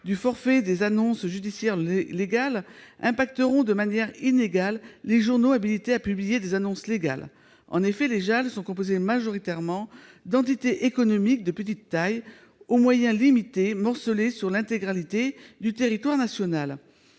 au forfait de ces annonces auront un impact inégal sur les journaux habilités à publier des annonces légales. En effet, les JAL sont composés majoritairement d'entités économiques de petite taille aux moyens limités et morcelées sur l'intégralité du territoire national.